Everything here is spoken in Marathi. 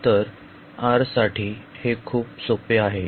तर R साठी हे खूप सोपे आहे